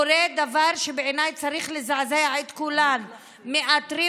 קורה דבר שבעיניי צריך לזעזע את כולם: מאתרים